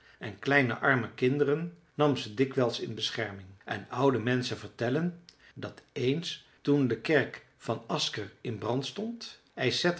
en kleine arme kinderen nam ze dikwijls in bescherming en oude menschen vertellen dat eens toen de kerk van asker in brand stond